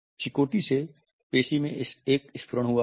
चिकोटी से पेशी में एक स्फुरण हुआ